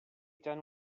done